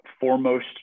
Foremost